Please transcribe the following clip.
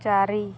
ଚାରି